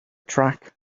track